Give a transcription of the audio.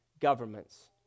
governments